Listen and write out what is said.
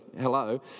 hello